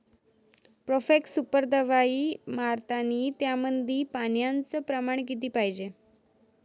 Profex super दवाई मारतानी त्यामंदी पान्याचं प्रमाण किती पायजे?